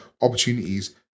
opportunities